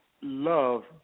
love